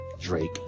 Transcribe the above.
Drake